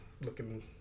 looking